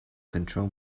control